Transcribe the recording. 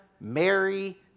Mary